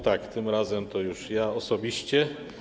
Tym razem to już ja osobiście.